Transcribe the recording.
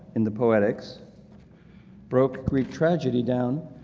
in the poetics broke greek tragedy down.